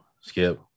Skip